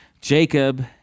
Jacob